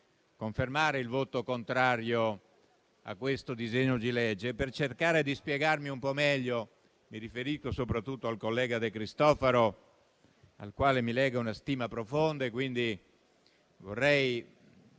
confermare il voto contrario a questo disegno di legge. Per cercare di spiegarmi meglio, mi rivolgo soprattutto al collega De Cristofaro, al quale mi lega una stima profonda. Senza che